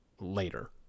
later